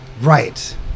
right